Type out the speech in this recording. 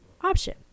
option